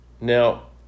Now